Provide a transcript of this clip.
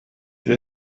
die